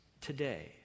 Today